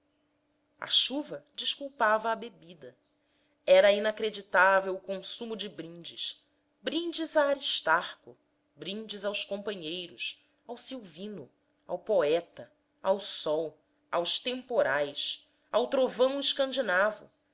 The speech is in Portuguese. a chuva desculpava a bebida era inacreditável o consumo de brindes brindes a aristarco brindes aos companheiros ao silvino ao poeta ao sol aos temporais ao trovão